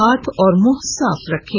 हाथ और मुंह साफ रखें